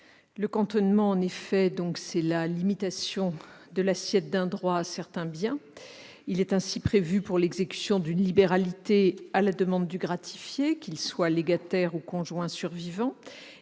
Le cantonnement est la limitation de l'assiette d'un droit à certains biens. Il est ainsi prévu pour l'exécution d'une libéralité à la demande du gratifié, qu'il soit légataire ou conjoint survivant.